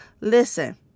Listen